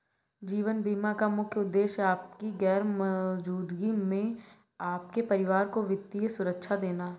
जीवन बीमा का मुख्य उद्देश्य आपकी गैर मौजूदगी में आपके परिवार को वित्तीय सुरक्षा देना